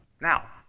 Now